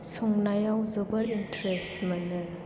संनायाव जोबोद इन्ट्रेस्ट मोनो